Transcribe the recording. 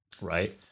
right